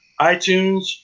iTunes